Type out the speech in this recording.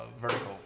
Vertical